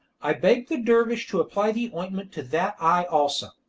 i begged the dervish to apply the ointment to that eye also.